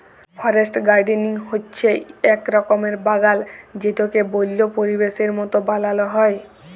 forest gardening হচ্যে এক রকমের বাগাল যেটাকে বল্য পরিবেশের মত বানাল হ্যয়